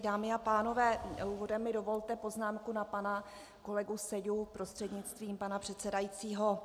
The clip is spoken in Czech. Dámy a pánové, úvodem mi dovolte poznámku na pana kolegu Seďu prostřednictvím pana předsedajícího.